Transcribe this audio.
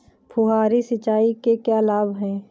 फुहारी सिंचाई के क्या लाभ हैं?